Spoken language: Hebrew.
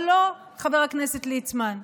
אבל לא, חבר הכנסת ליצמן,